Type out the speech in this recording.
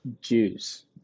Juice